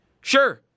Sure